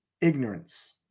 ignorance